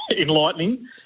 enlightening